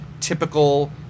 typical